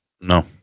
No